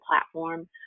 platform